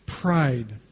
pride